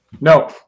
No